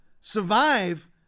Survive